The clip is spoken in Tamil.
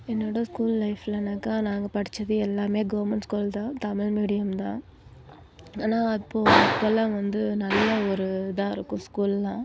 என்னோட ஸ்கூல் லைஃப்லனாக்கா நாங்கள் படித்தது எல்லாமே கவர்மெண்ட் ஸ்கூல் தான் தமிழ் மீடியம் தான் ஆனால் இப்போது அப்போலாம் வந்து நல்ல ஒரு இதாக இருக்கும் ஸ்கூல்லாம்